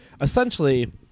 essentially